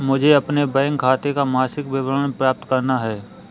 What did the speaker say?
मुझे अपने बैंक खाते का मासिक विवरण प्राप्त करना है?